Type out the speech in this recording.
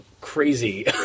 crazy